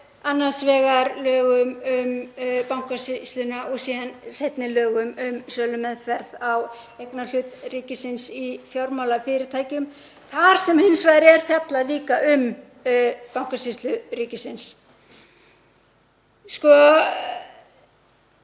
annars vegar lögum um Bankasýsluna og síðan seinni lögum um sölumeðferð á eignarhlutum ríkisins í fjármálafyrirtækjum þar sem er líka fjallað um Bankasýslu ríkisins.